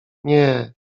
nie